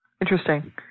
Interesting